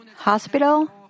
Hospital